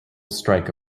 strike